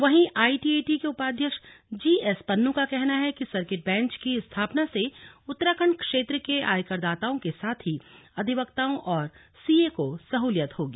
वहीं आईटीएटी के उपाध्यक्ष जीएस पन्नू का कहना है कि सर्किट बेंच की स्थापना से उत्तराखंड क्षेत्र के आयकरदाताओं के साथ ही अधिवक्ताओं और सीए को सहूलियत होगी